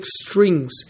strings